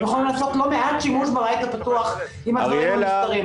יכולנו לעשות לא מעט שימוש בבית הפתוח אם הדברים היו נפתרים,